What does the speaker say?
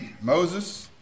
Moses